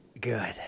Good